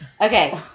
Okay